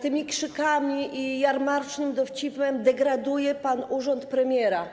tymi krzykami i jarmarcznym dowcipem degraduje pan urząd premiera.